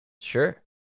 Sure